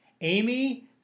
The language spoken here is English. Amy